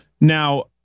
Now